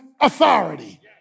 authority